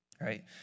right